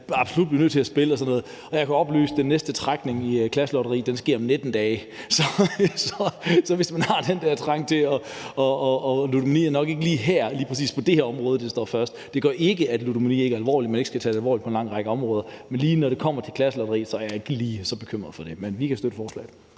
jeg kan oplyse, at den næste trækning i Klasselotteriet sker om 19 dage. Så hvis man har den her trang til at spille, er det nok ikke lige præcis det her område, der står først. Det gør ikke, at ludomani ikke er alvorligt, og at man ikke skal tage det alvorligt på en lang række områder, men lige når det kommer til Klasselotteriet, er jeg ikke så bekymret for det. Men vi kan støtte forslaget.